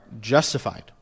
justified